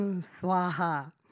Swaha